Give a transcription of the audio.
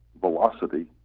velocity